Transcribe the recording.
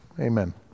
Amen